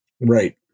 right